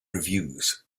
reviews